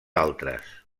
altres